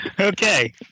Okay